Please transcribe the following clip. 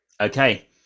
Okay